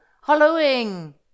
hollowing